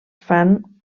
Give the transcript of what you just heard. fan